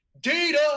data